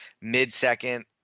mid-second